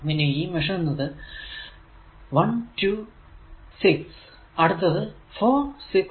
പിന്നെ ഈ മെഷ് എന്നത് 1 2 6 അടുത്തത് 4 6 3 പിന്നെ 2 5 3